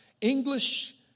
English